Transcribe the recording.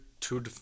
two